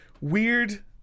Weird